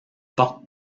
porte